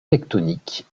tectoniques